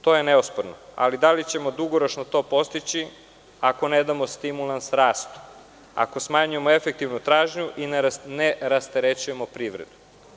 To je neosporno, ali da li ćemo to dugoročno postići ako ne damo stimulans rastu, ako smanjujemo efektivnu tražnju i ne rasterećujemo privredu.